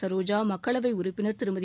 சசரோஜாமக்களவைஉறுப்பினர் திருமதி